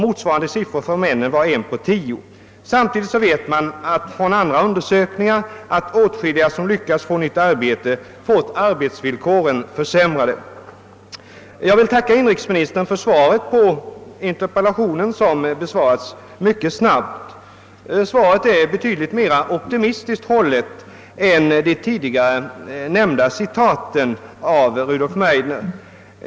Motsvarande relation för männen var en på tio. Samtidigt vet man från andra undersökningar att åtskilliga som lyckats få nytt arbete erhållit försämrade arbetsvillkor. Jag vill tacka inrikesministern för svaret på min interpellation, vilket kom mycket snabbt. Svaret är betydligt mera optimistiskt hållet än de tidigare nämnda citaten av Rudolf Meidner.